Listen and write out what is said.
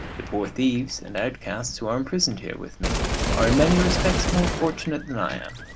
the poor thieves and outcasts who are imprisoned here with me are in many respects more fortunate than i am.